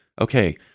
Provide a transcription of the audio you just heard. Okay